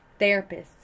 therapists